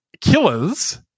killers